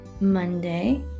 monday